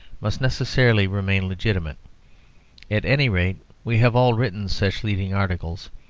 must necessarily remain legitimate at any rate, we have all written such leading articles,